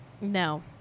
No